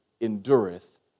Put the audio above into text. endureth